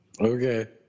Okay